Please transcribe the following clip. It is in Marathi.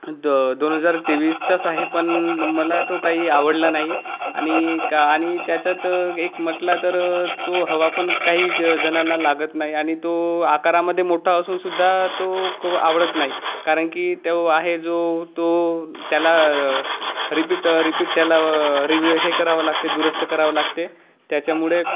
द दोन हजार तेवीसचाच आहे पण मला तो काही आवडला नाही आणि का आणि त्याच्यात एक म्हटला तर तो हवा पण काही जणांना लागत नाही आणि तो आकारामध्ये मोठा असून सुद्धा तो ख आवडत नाही कारण की तो आहे जो तो त्याला रिपीट रिपीट त्याला रिव हे करावं लागते दुरुस्त करावं लागते त्याच्यामुळे